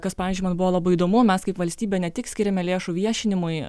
kas pavyzdžiui man buvo labai įdomu mes kaip valstybė ne tik skiriame lėšų viešinimui